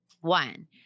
One